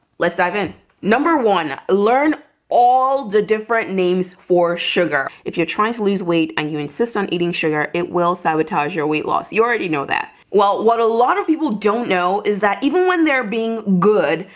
let's dive in number one learn all the different names for sugar if you're trying to lose weight and you insist on eating sugar it will sabotage your weight loss. you already know that well what a lot of people don't know is that even when they're being good?